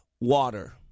water